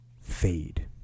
fade